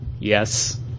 Yes